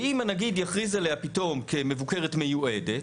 ואם הנגיד יכריז עליה פתאום כמבוקרת מיועדת,